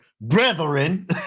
brethren